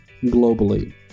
globally